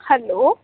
hello